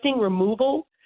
removal